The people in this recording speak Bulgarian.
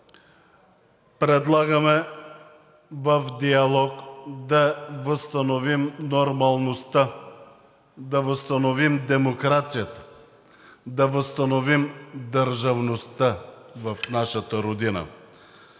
предлагаме в диалог да възстановим нормалността, да възстановим демокрацията, да възстановим държавността в нашата родина.